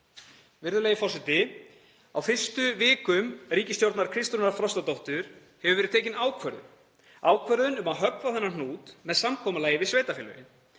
Virðulegi forseti. Á fyrstu vikum ríkisstjórnar Kristrúnar Frostadóttur hefur verið tekin ákvörðun um að höggva á þennan hnút með samkomulagi við sveitarfélögin